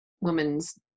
woman's